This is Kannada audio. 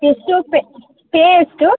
ಎಷ್ಟು ಪೆ ಪೇ ಎಷ್ಟು